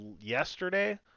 yesterday